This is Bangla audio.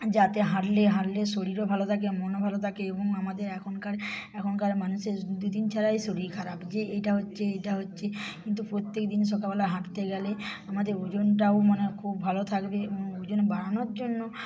যাতে হাঁটলে হাঁটলে শরীরও ভালো থাকে মনও ভালো থাকে এবং আমাদের এখনকার এখনকার মানুষের দুদিন ছাড়াই শরীর খারাপ যে এইটা হচ্ছে এইটা হচ্ছে কিন্তু প্রত্যেকদিন সকালবেলা হাঁটতে গেলে আমাদের ওজনটাও মানে খুব ভালো থাকবে ওজন বাড়ানোর জন্য